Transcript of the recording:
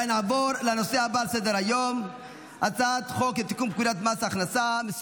אני קובע כי הצעת חוק לביטול אזרחותו או